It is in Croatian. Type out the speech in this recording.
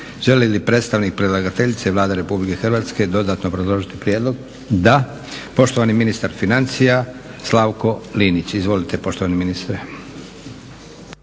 Želi li predstavnik predlagateljice Vlade Republike Hrvatske dodatno obrazložiti prijedlog? Da. Poštovani ministar financija Slavko Linić, izvolite poštovani ministre.